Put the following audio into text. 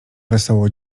wesoło